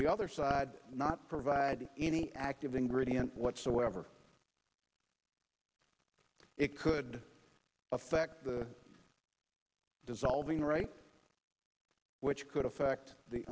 the other side not provide any active ingredient whatsoever it could affect the dissolving right which could affect the